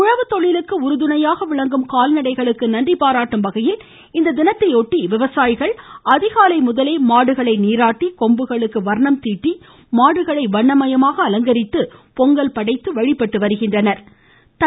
உழவுத்தொழிலுக்கு உறுதுணையாக விளங்கும் கால்நடைகளுக்கு நன்றி பாராட்டும் வகையில் இத்தினத்தையொட்டி விவசாயிகள் அதிகாலை முதலே மாடுகளை நீராட்டி கொம்புகளுக்கு வர்ணம் தீட்டி மாடுகளை வண்ணமயமாக அலங்கரித்து பொங்கல் படைத்து வழிபட்டு வருகின்றனர்